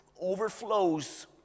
overflows